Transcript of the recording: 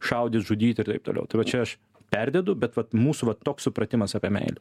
šaudyt žudyt ir taip toliau tai vat čia aš perdedu bet vat mūsų vat toks supratimas apie meilę